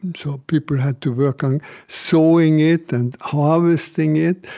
so people had to work on sowing it and harvesting it,